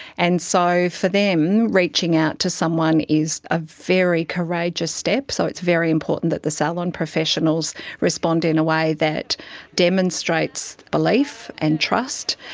and so for them, reaching out to someone is a very courageous step, so it's very important that the salon professionals respond in a way that demonstrates belief and trust,